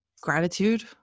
gratitude